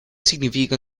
significa